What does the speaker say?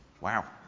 Wow